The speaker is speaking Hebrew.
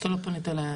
אתה לא פנית אלי.